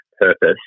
purpose